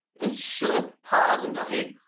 and she'll pause and go, hey,